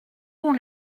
vont